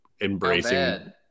embracing